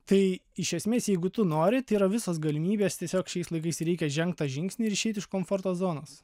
tai iš esmės jeigu tu nori tai yra visos galimybės tiesiog šiais laikais reikia žengt tą žingsnį ir išeit iš komforto zonos